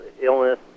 illness